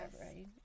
Right